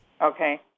Okay